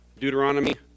Deuteronomy